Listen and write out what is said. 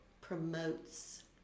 promotes